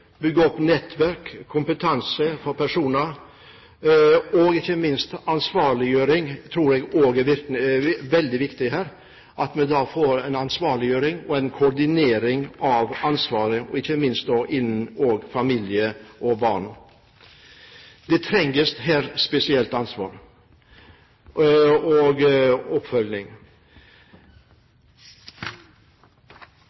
bygge opp nettverk og kompetanse for personer. Ikke minst ansvarliggjøring tror jeg også er veldig viktig her, at vi får en ansvarliggjøring og en koordinering av ansvaret, ikke minst innen familie og barn. Det trengs her spesiell oppfølging. Det er det offentlige helsevesenet som må ha ansvaret for skadde veteraner, og